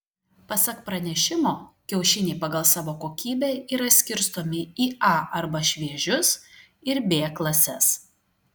pasak pranešimo kiaušiniai pagal savo kokybę yra skirstomi į a arba šviežius ir b klases